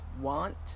want